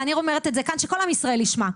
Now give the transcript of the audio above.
ואני אומרת את זה כאן שכל עם ישראל ישמע,